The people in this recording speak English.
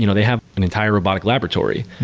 you know they have an entire robotic laboratory.